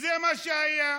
זה מה שהיה.